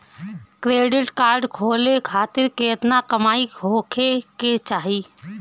Credit card खोले खातिर केतना कमाई होखे के चाही?